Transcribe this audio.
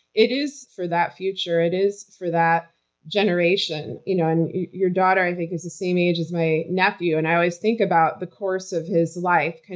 it is for that future. it is for that generation. you know and your daughter, i think, is the same age as my nephew, and i always think about the course of his life.